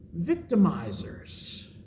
victimizers